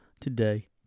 today